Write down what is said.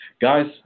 Guys